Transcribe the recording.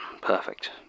Perfect